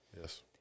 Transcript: Yes